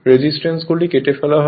রেজিস্ট্যান্সগুলি কেটে ফেলা হয়